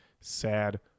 sad